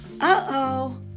Uh-oh